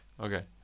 Okay